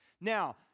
Now